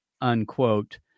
unquote